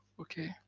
okay